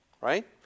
Right